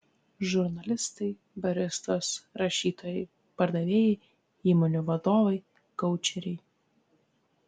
žurnalistai baristos rašytojai pardavėjai įmonių vadovai koučeriai